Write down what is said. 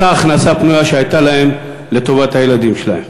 באותה הכנסה פנויה שהייתה להן לטובת הילדים שלהם.